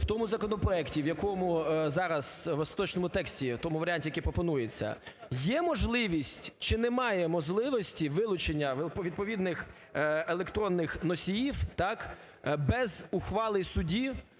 в тому законопроекті, в якому зараз, в остаточному тексті, в тому варіанті який пропонується, є можливість чи немає можливості вилучення відповідних електронних носіїв без ухвали судів